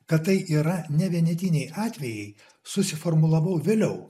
kad tai yra nevienetiniai atvejai susiformulavau vėliau